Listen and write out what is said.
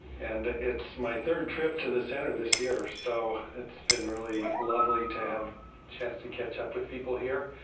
and it's my third trip to the center this year. so, it's been really lovely to have a chance to catch up with people here.